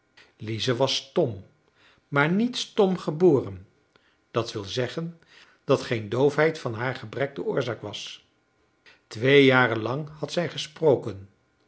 lize was stom maar niet stom geboren dat wil zeggen dat geen doofheid van haar gebrek de oorzaak was twee jaar lang had zij gesproken